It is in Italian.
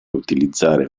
utilizzare